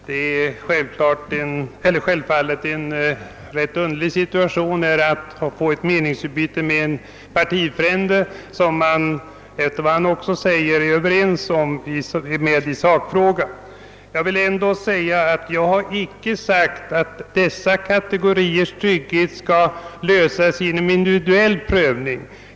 Herr talman! Det är en rätt underlig situation att man får ett meningsutbyte med en partifrände som man — enligt vad han själv säger — är överens med i sakfrågan. Jag vill betona att jag inte sagt att dessa hemmadöttrars trygghetsfrågor skall lösas genom individuell prövning.